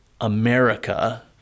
America